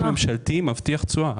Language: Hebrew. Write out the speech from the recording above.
אג"ח ממשלתי מבטיח תשואה.